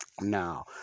now